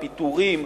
הפיטורים,